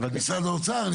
ממשרד האוצר,